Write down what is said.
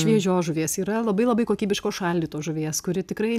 šviežios žuvies yra labai labai kokybiškos šaldytos žuvies kuri tikrai